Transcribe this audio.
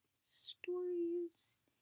stories